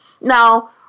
Now